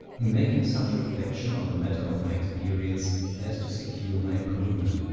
in making such reflection on the matter of my experience as to secure my improvement.